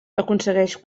aconsegueix